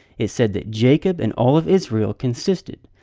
it said that jacob and all of israel consisted.